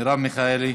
מרב מיכאלי,